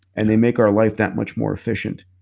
and they make our life that much more efficient.